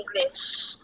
English